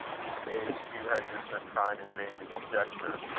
whose age hugh had just been trying in vain to conjecture.